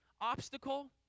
obstacle